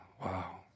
wow